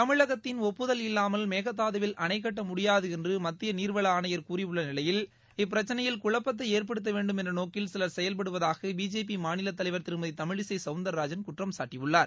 தமிழகத்தின் ஒப்புதல் இல்லாமல் மேகதாதுவில் அணைக்கட்ட முடியாது என்று மத்திய நீா்வள ஆணையா் கூறியுள்ள நிலையில் இப்பிரச்சினையில் குழப்பத்தை ஏற்படுத்த வேண்டும் என்ற நோக்கில் சிலர் செயல்படுவதாக பிஜேபி மாநில தலைவர் திருமதி தமிழிசை சௌந்தர்ராஜன் குற்றம்சாட்டியுள்ளார்